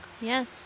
Yes